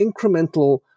incremental